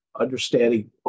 understanding